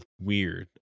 weird